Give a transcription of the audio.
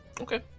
Okay